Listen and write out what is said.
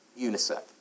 UNICEF